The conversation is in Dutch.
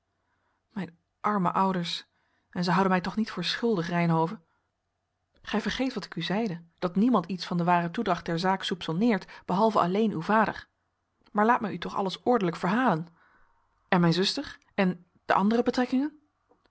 mijn arme ouders en zij houden mij toch niet voor schuldig reynhove gij vergeet wat ik u zeide dat niemand iets van de ware toedracht der zaak soupconneert behalve alleen uw vader maar laat mij u alles toch ordelijk verhalen en mijn zuster en de andere betrekkingen